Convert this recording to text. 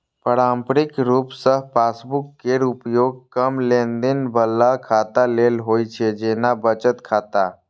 पारंपरिक रूप सं पासबुक केर उपयोग कम लेनदेन बला खाता लेल होइ छै, जेना बचत खाता